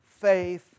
faith